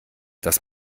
dass